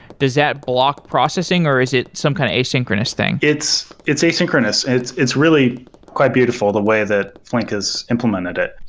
does that block processing or is it some kind asynchronous thing? it's it's asynchronous. it's it's really quite beautifuf the way that flink has implemented it.